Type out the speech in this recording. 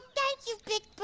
thank you big